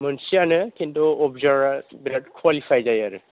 मोनसे आनो खिन्थु अबजार्बआ बिरात कुवालिफाय जायो आरो